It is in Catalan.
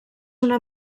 una